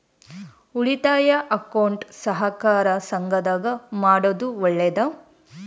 ಉಳಿತಾಯ ಅಕೌಂಟ್ ಸಹಕಾರ ಸಂಘದಾಗ ಮಾಡೋದು ಒಳ್ಳೇದಾ?